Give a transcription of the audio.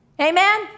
Amen